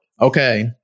okay